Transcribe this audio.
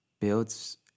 Builds